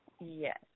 Yes